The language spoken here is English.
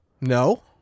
No